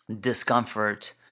discomfort